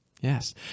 Yes